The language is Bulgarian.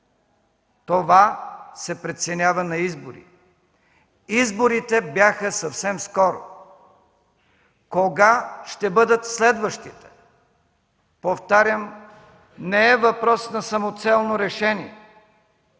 Това се преценява на избори. Изборите бяха съвсем скоро. Кога ще бъдат следващите? Повтарям, не е въпрос на самоцелно решение,